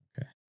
Okay